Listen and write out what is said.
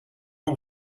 who